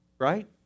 right